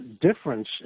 difference